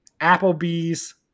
Applebee's